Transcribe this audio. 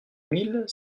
mille